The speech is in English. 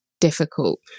difficult